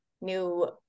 new